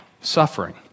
suffering